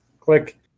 Click